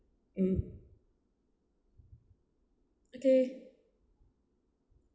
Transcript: mm okay